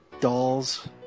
dolls